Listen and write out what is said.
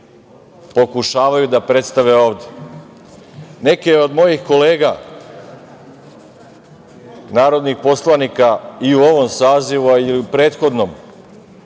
pokušavaju da predstave ovde. Neke od mojih kolega narodnih poslanika i u ovom sazivu, a i u prethodnom,